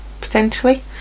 potentially